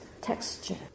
texture